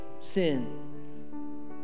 sin